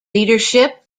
leadership